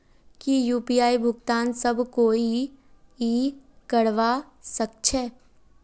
की यु.पी.आई भुगतान सब कोई ई करवा सकछै?